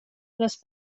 les